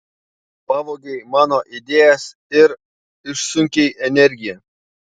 pavogei mano idėjas ir išsunkei energiją